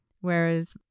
whereas